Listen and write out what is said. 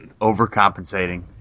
Overcompensating